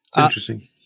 interesting